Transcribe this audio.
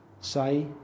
say